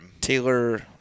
Taylor